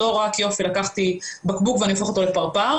לא רק יופי, לקחתי בקבוק ואני הופך אותו לפרפר.